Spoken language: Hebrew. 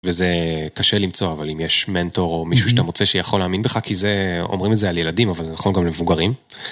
וזה... קשה למצוא, אבל אם יש, מנטור או מישהו שאתה מוצא שיכול להאמין בך, כי זה, אומרים את זה על ילדים, אבל זה נכון גם למבוגרים.